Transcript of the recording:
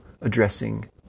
addressing